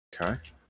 Okay